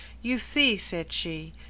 you see, said she,